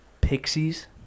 Pixies